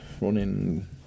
running